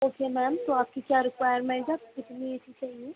okay ma'am तो आपकी क्या रिक्वायरमेंट है आपको कितनी ए सी चाहिए